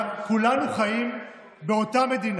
כולנו חיים באותה מדינה,